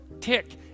tick